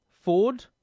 Ford